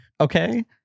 okay